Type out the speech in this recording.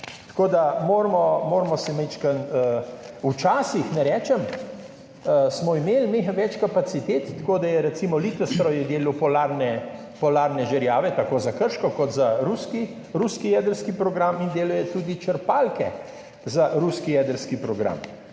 Tako da moramo se malo ... Včasih, ne rečem, smo imeli več kapacitet, tako da je recimo Litostroj delal polarne žerjave tako za Krško kot za ruski jedrski program, in delal je tudi črpalke za ruski jedrski program.